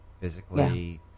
physically